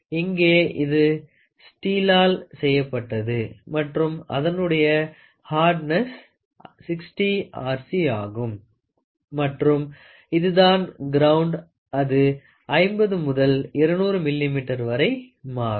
இங்கே இது ஸ்டீல் ளால் செய்யப்பட்டது மற்றும் அதனுடைய ஹார்ட்னெஸ் 60 Rc ஆகும் மற்றும் இதுதான் கிரவுண்ட் அது 50 முதல் 200 millimeter வரை மாறும்